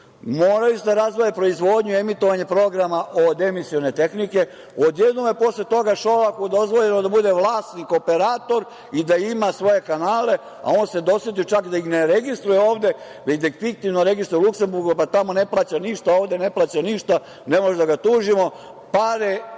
morali su da razdvoje proizvodnju i emitovanje programa od emisione tehnike. Odjednom je posle toga Šolaku dozvoljeno da bude vlasnik, operator i da ima svoje kanale, a on se dosetio čak da ih ne registruje ovde, već da ih fiktivno registruje u Luksemburgu. Tamo ne plaća ništa, ovde ne plaća ništa. Ne možemo da ga tužimo, pare